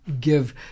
give